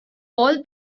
all